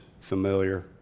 familiar